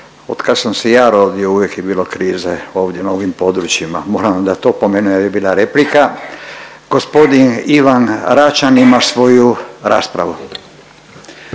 Otkad sam se ja rodio, uvijek je bilo krize ovdje na ovim područjima. Moram vam dat opomenu jer je bila replika. G. Ivan Račan ima svoju raspravu.